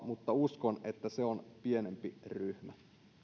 mutta uskon että se on pienempi ryhmä